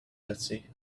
bessie